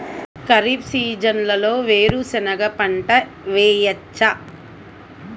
ఖరీఫ్ సీజన్లో వేరు శెనగ పంట వేయచ్చా?